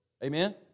Amen